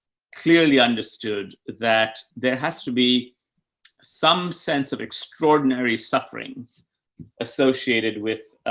clearly understood that there has to be some sense of extraordinary suffering associated with,